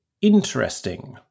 interesting